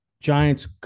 Giants